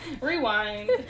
Rewind